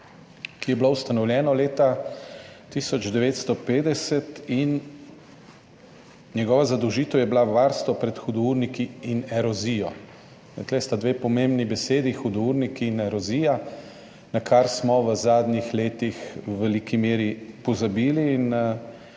ki je bilo ustanovljeno leta 1950, njegova zadolžitev pa je bila varstvo pred hudourniki in erozijo. Tu sta dve pomembni besedi, hudourniki in erozija, na kar smo v zadnjih letih v veliki meri pozabili in